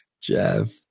Jeff